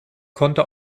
konnte